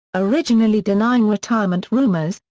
originally denying retirement rumors,